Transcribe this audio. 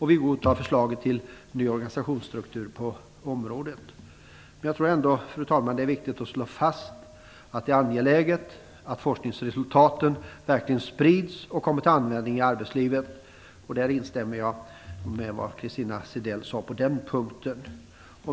Vi godtar förslaget till ny organisationsstruktur på området. Jag tror ändå, fru talman, att det är viktigt att slå fast att det är angeläget att forskningsresultaten verkligen sprids och kommer till användning i arbetslivet. Jag instämmer i det Christina Zedell sade på den punkten.